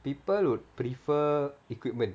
people would prefer equipment